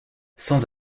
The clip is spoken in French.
sans